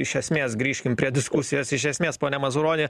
iš esmės grįžkim prie diskusijos iš esmės pone mazuroni